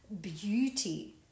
beauty